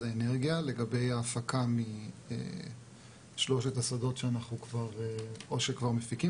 האנרגיה לגבי ההפקה משלושת השדות שאו שכבר מפיקים